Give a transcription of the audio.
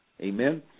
Amen